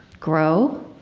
grow,